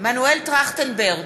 מנואל טרכטנברג,